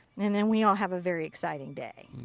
and then we all have a very exciting day.